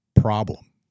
problem